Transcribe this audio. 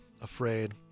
afraid